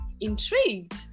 intrigued